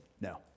no